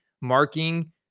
marking